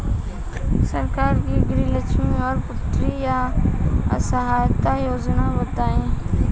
सरकार के गृहलक्ष्मी और पुत्री यहायता योजना बताईं?